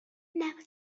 never